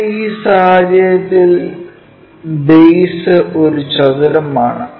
ഇവിടെ ഈ സാഹചര്യത്തിൽ ബേസ് ഒരു ചതുരമാണ്